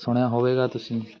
ਸੁਣਿਆ ਹੋਵੇਗਾ ਤੁਸੀਂ